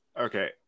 Okay